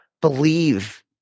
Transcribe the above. believe